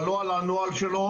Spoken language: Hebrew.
אבל לא על הנוהל שלו.